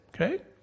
okay